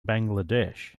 bangladesh